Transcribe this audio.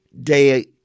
day –